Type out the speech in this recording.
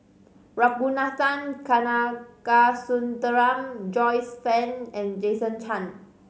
Ragunathar Kanagasuntheram Joyce Fan and Jason Chan